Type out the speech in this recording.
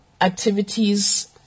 activities